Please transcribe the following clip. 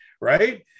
right